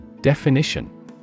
Definition